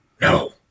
No